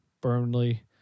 Burnley